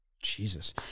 Jesus